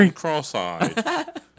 cross-eyed